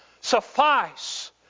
suffice